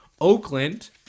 Oakland